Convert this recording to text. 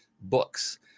books